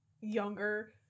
younger